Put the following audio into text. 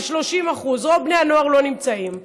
זה 30%. רוב בני הנוער לא נמצאים שם.